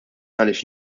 għaliex